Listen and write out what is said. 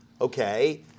okay